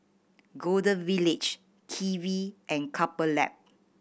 Golden Village Kiwi and Couple Lab